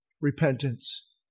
repentance